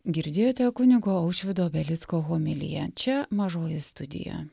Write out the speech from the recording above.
girdėjote kunigo aušvydo obelisko homiliją čia mažoji studija